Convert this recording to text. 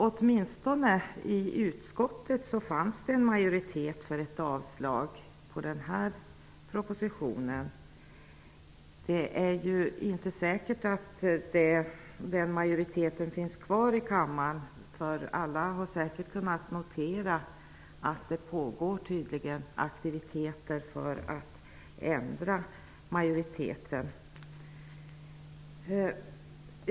Åtminstone i utskottet fanns det en majoritet för ett avslag av den här propositionen. Det är ju inte säkert att den majoriteten finns kvar i kammaren. Alla har säkert kunna notera att det tydligen pågår aktiviteter för att ändra majoriteten.